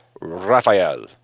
Raphael